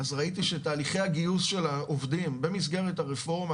אז ראיתי שתהליכי הגיוס של העובדים במסגרת הרפורמה,